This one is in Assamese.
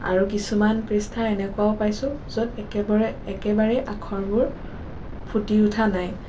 আৰু কিছুমান পৃষ্ঠা এনেকুৱাও পাইছোঁ য'ত একেবাৰে একেবাৰে আখৰবোৰ ফুটি উঠা নাই